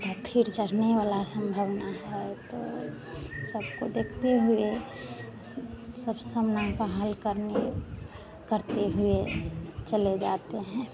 और फिर चढ़ने वाला संभवना है तो सबको देखते हुए सब सामना का हल करने करते हुए चले जाते हैं